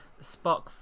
Spock